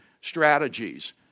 strategies